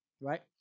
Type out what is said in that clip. right